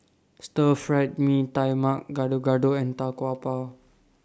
Stir Fried Mee Tai Mak Gado Gado and Tau Kwa Pau